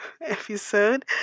episode